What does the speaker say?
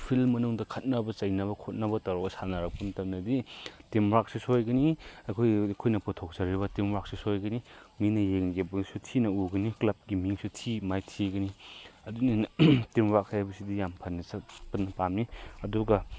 feel ꯃꯅꯨꯡꯗ ꯈꯠꯅꯕ ꯆꯩꯅꯕ ꯈꯣꯠꯅꯕ ꯇꯧꯔꯒ ꯁꯥꯟꯅꯔꯛꯄ ꯃꯇꯝꯗꯗꯤ ꯇꯤꯝꯋꯥꯔꯛꯁꯨ ꯁꯣꯏꯒꯅꯤ ꯑꯩꯈꯣꯏꯅ ꯄꯨꯊꯣꯛꯆꯔꯤꯕ ꯇꯤꯝꯋꯥꯔꯛꯁꯤꯁꯨ ꯁꯣꯏꯒꯅꯤ ꯃꯤꯅ ꯌꯦꯡꯕꯗꯁꯨ ꯊꯤꯅꯎꯒꯅꯤ ꯀ꯭ꯂꯞꯀꯤ ꯃꯤꯡꯁꯨ ꯃꯥꯏꯊꯤꯒꯅꯤ ꯑꯗꯨꯅꯤꯅ ꯇꯤꯝꯋꯥꯔꯛ ꯍꯥꯏꯕꯁꯤꯗꯤ ꯌꯥꯝ ꯐꯅ ꯆꯠꯄꯅ ꯄꯥꯝꯃꯤ ꯑꯗꯨꯒ